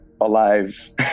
alive